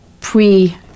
pre